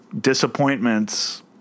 disappointments